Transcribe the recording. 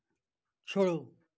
छोड़ो